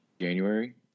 January